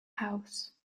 house